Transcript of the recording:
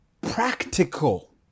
practical